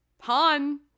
Han